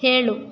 ಹೇಳು